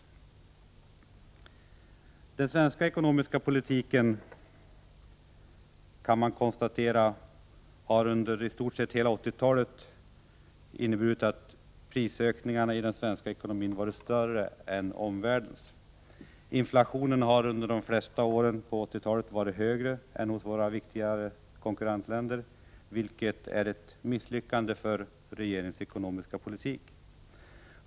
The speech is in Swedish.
Man kan konstatera att den svenska ekonomiska politiken under i stort sett hela 1980-talet har inneburit att prisökningarna i den svenska ekonomin har varit större än prisökningarna i omvärlden. Inflationen har under de flesta åren under 1980-talet varit högre än i våra viktigaste konkurrentländer, vilket är ett misslyckande för regeringens ekonomiska politik.